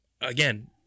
again